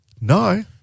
No